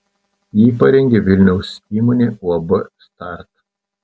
jį parengė vilniaus įmonė uab start